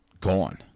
gone